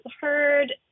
heard